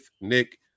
Nick